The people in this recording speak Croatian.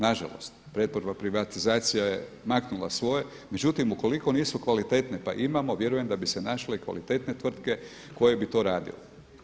Nažalost, pretvorba i privatizacija je maknula svoje, međutim ukoliko nisu kvalitetne pa imamo, vjerujem da bi se našle i kvalitetne tvrtke koje bi to radile.